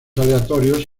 aleatorios